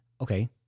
Okay